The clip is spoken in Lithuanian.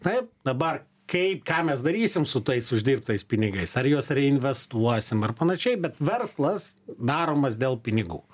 taip dabar kaip ką mes darysim su tais uždirbtais pinigais ar juos reinvestuosim ar panašiai bet verslas daromas dėl pinigų